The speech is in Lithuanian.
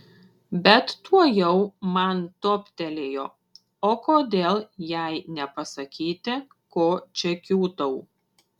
bet tuojau man toptelėjo o kodėl jai nepasakyti ko čia kiūtau